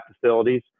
facilities